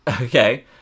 Okay